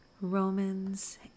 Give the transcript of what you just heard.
Romans